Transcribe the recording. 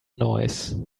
noise